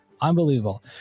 Unbelievable